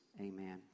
Amen